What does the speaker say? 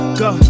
go